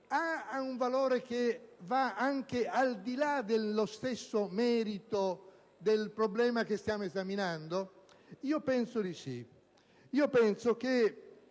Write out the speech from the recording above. Ha un valore che va anche al di là dello stesso merito del problema che si sta esaminando? Penso di sì. Penso che